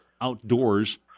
Outdoors